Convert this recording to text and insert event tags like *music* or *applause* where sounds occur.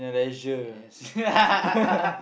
yes *laughs*